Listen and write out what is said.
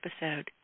episode